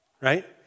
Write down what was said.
right